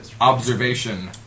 observation